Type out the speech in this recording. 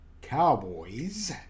Cowboys